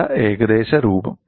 നല്ല ഏകദേശ രൂപം